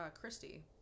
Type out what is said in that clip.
Christy